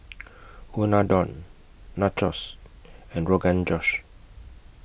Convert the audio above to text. Unadon Nachos and Rogan Josh